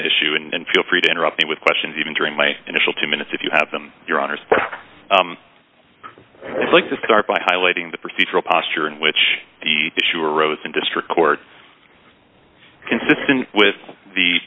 issue and feel free to interrupt me with questions even during my initial two minutes if you have them your honor's like to start by highlighting the procedural posture in which the issue arose in district court consistent with the